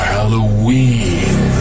Halloween